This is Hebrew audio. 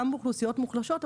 גם באוכלוסיות חלשות,